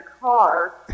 car